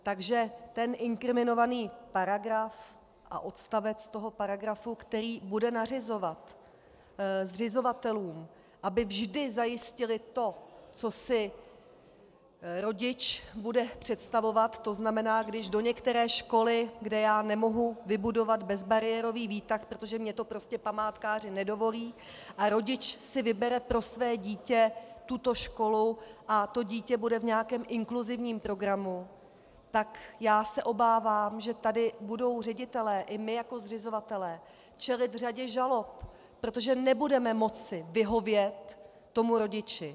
Takže inkriminovaný paragraf a odstavec toho paragrafu, který bude nařizovat zřizovatelům, aby vždy zajistili to, co si rodič bude představovat, to znamená, když do některé školy, kde já nemohu vybudovat bezbariérový výtah, protože mi to prostě památkáři nedovolí, a rodič si vybere pro své dítě tuto školu a to dítě bude v nějakém inkluzivním programu, tak se obávám, že tady budou ředitelé i my jako zřizovatelé čelit řadě žalob, protože nebudeme moci tomu rodiči vyhovět.